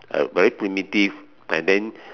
a very primitive and then